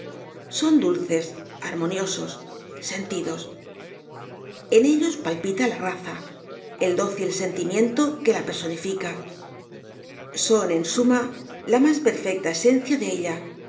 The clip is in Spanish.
son dulces armoniosos sentidos en ellos epílogo sentimental palpita la raza el dócil sentimiento que la personifica son en suma la más perfecta esencia de ella